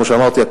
כמו שאמרתי,